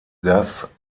das